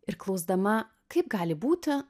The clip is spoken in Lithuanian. ir klausdama kaip gali būti